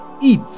eat